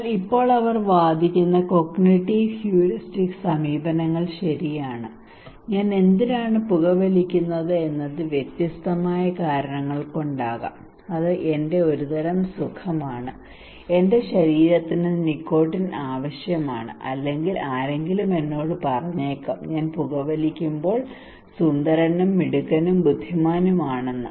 എന്നാൽ ഇപ്പോൾ അവർ വാദിക്കുന്ന കോഗ്നിറ്റീവ് ഹ്യൂറിസ്റ്റിക് സമീപനങ്ങൾ ശരിയാണ് ഞാൻ എന്തിനാണ് പുകവലിക്കുന്നത് എന്നത് വ്യത്യസ്തമായ കാരണങ്ങളാകാം അത് എന്റെ ഒരുതരം സുഖമാണ് എന്റെ ശരീരത്തിന് നിക്കോട്ടിൻ ആവശ്യമാണ് അല്ലെങ്കിൽ ആരെങ്കിലും എന്നോട് പറഞ്ഞേക്കാം ഞാൻ പുകവലിക്കുമ്പോൾ ഞാൻ സുന്ദരനും സുന്ദരനും മിടുക്കനും ബുദ്ധിമാനും ആണെന്ന്